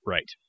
Right